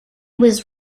was